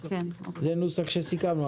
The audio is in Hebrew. זה נוסח שסיכמנו.